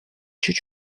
чуть